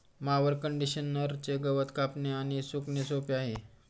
mower कंडिशनरचे गवत कापणे आणि सुकणे सोपे आहे